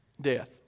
Death